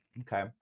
Okay